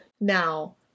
Now